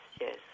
yes